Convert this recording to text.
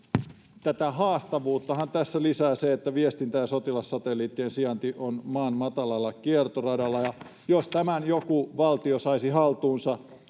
Tätä haastavuuttahan tässä lisää se, että viestintä- ja sotilassatelliittien sijainti on Maan matalalla kiertoradalla, ja jos tämän joku valtio saisi haltuunsa,